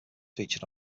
featured